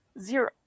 Zero